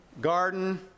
Garden